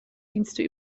dienste